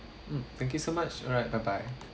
mm thank you so much alright bye bye